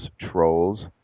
trolls